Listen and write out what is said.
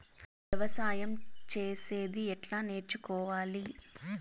వ్యవసాయం చేసేది ఎట్లా నేర్చుకోవాలి?